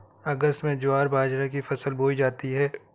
अगस्त में ज्वार बाजरा की फसल बोई जाती हैं